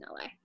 LA